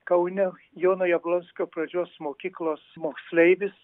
kaune jono jablonskio pradžios mokyklos moksleivis